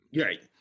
Right